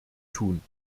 tun